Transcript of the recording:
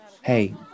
Hey